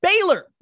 baylor